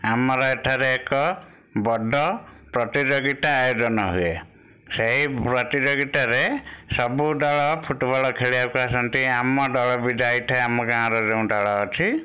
ଆମର ଏଠାରେ ଏକ ବଡ଼ ପ୍ରତିଯୋଗିତା ଆୟୋଜନ ହୁଏ ସେଇ ପ୍ରତିଯୋଗିତାରେ ସବୁଦଳ ଫୁଟବଲ ଖେଳିବାକୁ ଆସନ୍ତି ଆମ ଦଳ ବି ଯାଇଥାଏ ଆମ ଗାଁର ଯେଉଁ ଦଳ ଅଛି